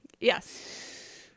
Yes